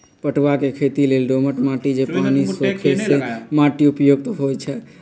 पटूआ के खेती लेल दोमट माटि जे पानि सोखे से माटि उपयुक्त होइ छइ